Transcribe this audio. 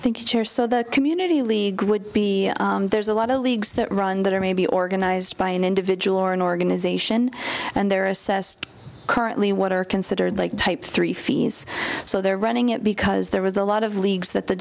fair so the community league would be there's a lot of leagues that run that are maybe organized by an individual or an organization and they're assessed currently what are considered like type three fees so they're running it because there was a lot of leagues that the